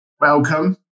Welcome